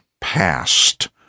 past